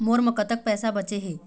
मोर म कतक पैसा बचे हे?